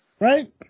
Right